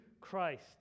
Christ